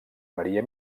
maria